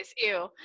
ew